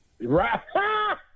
Right